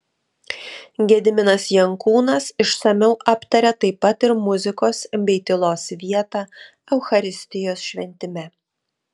gediminas jankūnas išsamiau aptaria taip pat ir muzikos bei tylos vietą eucharistijos šventime